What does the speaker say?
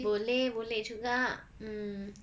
boleh boleh juga mm